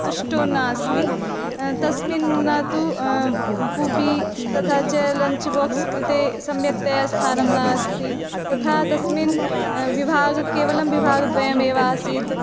तुष्टा नास्मि तस्मिन् न तु कूपी तथा च लञ्च् बोक्स् कृते सम्यक्तया स्थानं नास्ति तथा तस्मिन् विभागः केवलं विभागद्वयमेव आसीत्